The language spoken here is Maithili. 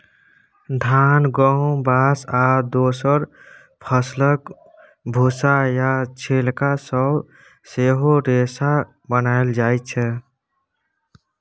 धान, गहुम, बाँस आ दोसर फसलक भुस्सा या छिलका सँ सेहो रेशा बनाएल जाइ छै